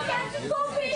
אל תיגעו בי.